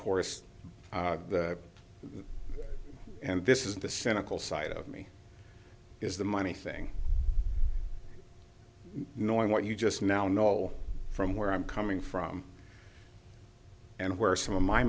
course and this is the cynical side of me is the money thing knowing what you just now know from where i'm coming from and where some of my